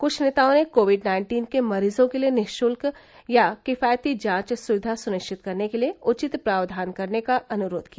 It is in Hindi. कुछ नेताओं ने कोविड नाइन्टीन के मरीजों के लिए निशुल्क या किफायती जांच सुविधा सुनिश्चित करने के लिए उचित प्रावधान करने का अनुरोध किया